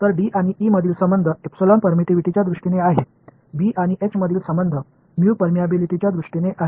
तर डी आणि ई मधील संबंध एप्सिलॉन परमिटिविटीच्या दृष्टीने आहे बी आणि एच मधील संबंध म्यू पर्मियबिलिटीच्या दृष्टीने आहे